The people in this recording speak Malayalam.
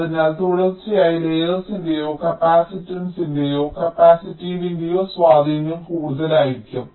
അതിനാൽ തുടർച്ചയായ ലയേഴ്സിന്റെയോ കപ്പാസിറ്റൻസിന്റെയോ കപ്പാസിറ്റീവിന്റെയോ സ്വാധീനം കൂടുതലായിരിക്കും